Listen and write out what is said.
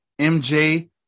MJ